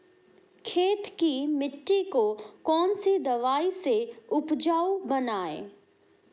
खेत की मिटी को कौन सी दवाई से उपजाऊ बनायें?